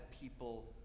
people